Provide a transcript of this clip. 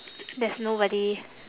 there's nobody